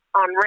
on